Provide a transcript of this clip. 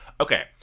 okay